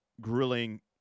grilling